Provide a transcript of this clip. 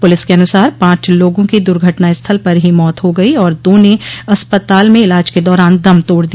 police के अनुसार पांच लोगों की दुर्घटना स्थल पर ही मौत हो गयो और दो ने अस्पताल में इलाज के दौरान दम तोड़ दिया